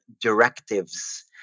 directives